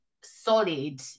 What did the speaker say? solid